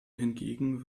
hingegen